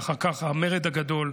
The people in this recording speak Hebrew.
ואחר כך המרד הגדול,